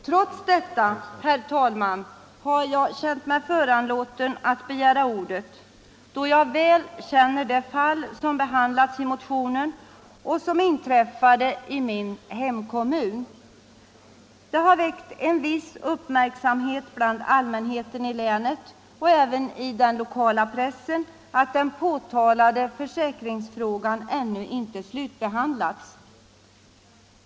Trots detta har jag funnit mig föranlåten att begära ordet, då jag väl känner till det fall som behandlas i motionen och som inträffade i min hemkommun. Det har väckt en viss uppmärksamhet bland allmänheten i länet och även i den lokala pressen att den påtalade försäkringsfrågan ännu inte har slutbehandlats.